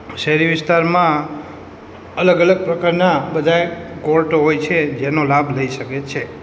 શહેરી વિસ્તારમાં અલગ અલગ પ્રકારના બધાય કોર્ટ હોય છે જેનો લાભ લઈ શકે છે